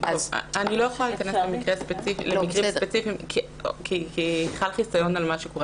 אני לא יכולה להיכנס למקרים ספציפיים כי חל חיסיון על מה שקורה.